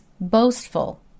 boastful